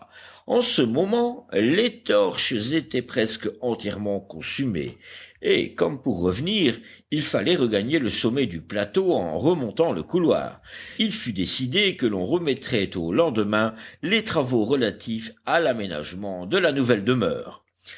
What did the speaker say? en ce moment les torches étaient presque entièrement consumées et comme pour revenir il fallait regagner le sommet du plateau en remontant le couloir il fut décidé que l'on remettrait au lendemain les travaux relatifs à l'aménagement de la nouvelle demeure